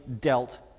dealt